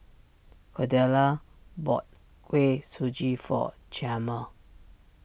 Cordella bought Kuih Suji for Chalmer